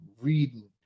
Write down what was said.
reading